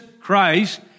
Christ